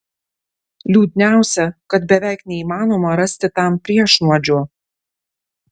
liūdniausia kad beveik neįmanoma rasti tam priešnuodžio